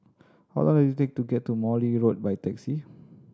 how long is take to get to Morley Road by taxi